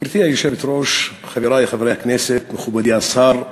גברתי היושבת-ראש, חברי חברי הכנסת, מכובדי השר,